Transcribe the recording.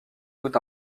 tout